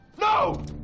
No